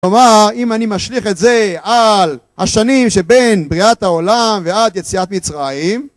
כלומר, אם אני משליך את זה על השנים שבין בריאת העולם ועד יציאת מצרים,